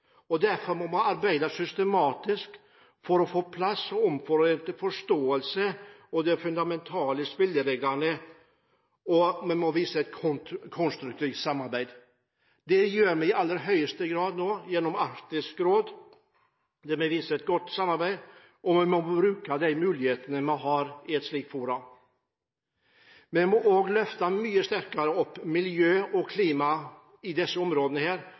Derfor må vi arbeide systematisk for å få på plass en omforent forståelse for de fundamentale spillereglene, og vi må vise et konstruktivt samarbeid. Det gjør vi i aller høyeste grad nå gjennom Arktisk råd, der vi viser et godt samarbeid. Vi må bruke de mulighetene vi har i et slikt forum. Vi må også løfte mye høyere opp miljø og klima og hvordan vi forvalter de verdiene framover i disse områdene. Jeg viser også her